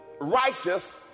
righteous